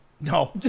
no